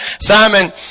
Simon